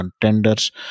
contenders